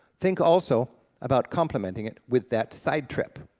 think also about complementing it with that side trip.